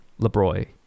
LeBroy